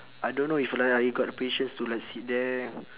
I don't know if like I got the patience to like sit there